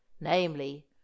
namely